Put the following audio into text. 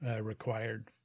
required